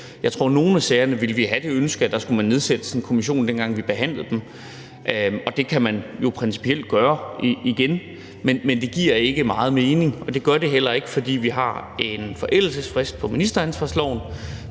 Jeg tror, at vi i nogle af sagerne ville have haft det ønske, at der skulle have været nedsat en kommission, dengang vi behandlede sagerne. Det kan man jo principielt gøre igen, men det giver ikke meget mening. Det gør det heller ikke, fordi vi har en forældelsesfrist i ministeransvarlighedsloven